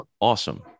Awesome